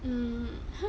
mm